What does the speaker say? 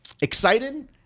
excited